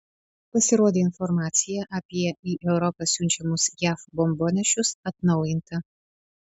pasirodė informacija apie į europą siunčiamus jav bombonešius atnaujinta